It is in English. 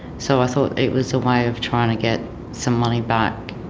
so i thought it was a way of trying to get some money back,